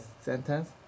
sentence